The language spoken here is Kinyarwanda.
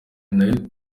nayo